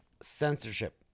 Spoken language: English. censorship